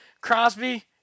Crosby